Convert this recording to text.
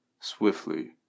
Swiftly